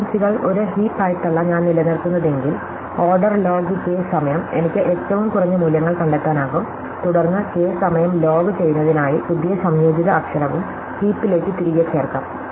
ഫ്രീക്വൻസികൾ ഒരു ഹീപ് ആയിട്ടല്ല ഞാൻ നിലനിർത്തുന്നതെങ്കിൽ ഓർഡർ ലോഗ് കെ സമയം എനിക്ക് ഏറ്റവും കുറഞ്ഞ മൂല്യങ്ങൾ കണ്ടെത്താനാകും തുടർന്ന് കെ സമയം ലോഗ് ചെയ്യുന്നതിനായി പുതിയ സംയോജിത അക്ഷരവും കൂമ്പാരത്തിലേക്ക് തിരികെ ചേർക്കാം